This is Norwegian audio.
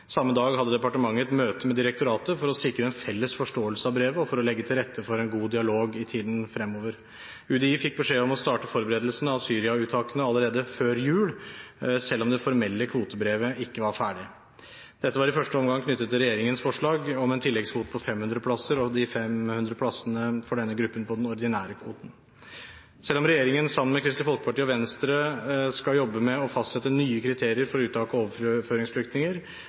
Samme dag hadde departementet et møte med direktoratet for å sikre en felles forståelse av brevet og for å legge til rette for en god dialog i tiden fremover. UDI fikk beskjed om å starte forberedelsene av Syria-uttakene allerede før jul, selv om det formelle kvotebrevet ikke var ferdig. Dette var i første omgang knyttet til regjeringens forslag om en tilleggskvote på 500 plasser og de 500 plassene for denne gruppen på den ordinære kvoten. Selv om regjeringen, sammen med Kristelig Folkeparti og Venstre, skal jobbe med å fastsette nye kriterier for uttak av overføringsflyktninger,